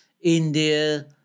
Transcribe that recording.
India